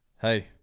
Hey